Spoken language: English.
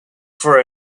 for